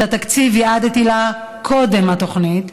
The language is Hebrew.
שאת התקציב ייעדתי לה קודם התוכנית.